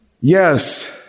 Yes